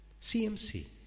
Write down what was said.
CMC